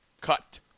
cut